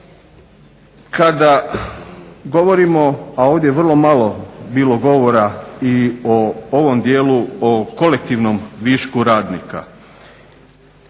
Kada govorimo, a ovdje je vrlo malo bilo govora i o ovom dijelu o kolektivnom višku radnika.